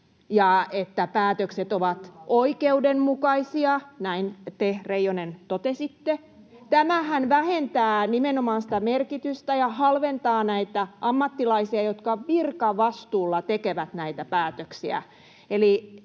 [Minna Reijosen välihuuto] — Näin te, Reijonen, totesitte. — Tämähän nimenomaan vähentää merkitystä ja halventaa näitä ammattilaisia, jotka virkavastuulla tekevät näitä päätöksiä.